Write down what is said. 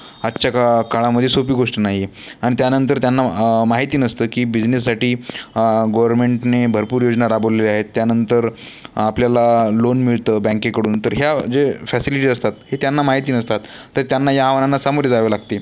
आजच्या का काळामध्ये सोपी गोष्ट नाहीये आणि त्यानंतर त्यांना माहिती नसतं की बिझनेससाठी गोवरमेन्टने भरपूर योजना राबवलेल्या आहेत त्यानंतर आपल्याला लोन मिळतं बँकेकडून तर ह्या जे फॅसिलिटीज असतात हे त्यांना माहिती नसतात तर त्यांना ह्या आव्हानांना सामोरे जावे लागते